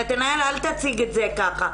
נתנאל, אל תציג את זה ככה.